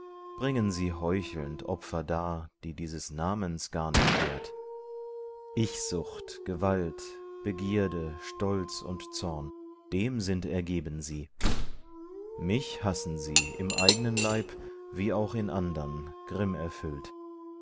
bringen sie heuchelnd opfer dar die dieses namens gar nicht wert ichsucht gewalt begierde stolz und zorn dem sind ergeben sie mich hassen sie im eignen leib wie auch in andern